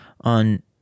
on